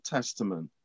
Testament